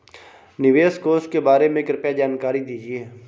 निवेश कोष के बारे में कृपया जानकारी दीजिए